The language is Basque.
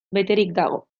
dago